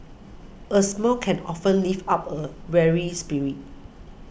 a smile can often lift up a weary spirit